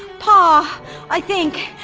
paw i think.